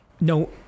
no